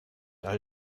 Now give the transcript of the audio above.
all